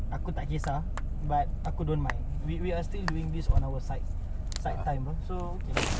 aku tak kisah but aku don't mind we we are still doing this on our side side time ah so okay lah